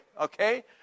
Okay